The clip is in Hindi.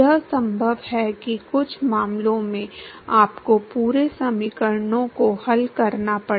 यह संभव है कि कुछ मामलों में आपको पूरे समीकरणों को हल करना पड़े